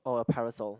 oh a parasol